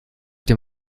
dem